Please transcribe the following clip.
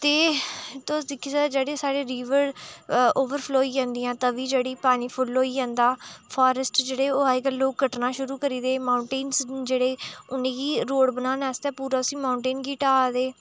ते तुस दिक्खी सकदे ओ जेह्डे़ साढ़े रीवर ओवर फ़्लो होई जदियां तवी जेह्ड़ी पानी फुल होई जंदा फॉरेस्ट जेह्डे़ ओह् अज्जकल लोग कट्टना शुरू करी गेदे माउंटेन्स जेह्डे़ उ'नें ई रोड बनाने आस्तै पूरा उसी माउंटेन गी ढाह् दे